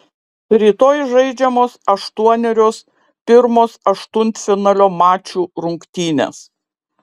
rytoj žaidžiamos aštuonerios pirmos aštuntfinalio mačų rungtynės